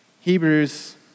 Hebrews